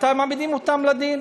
מתי מעמידים אותם לדין?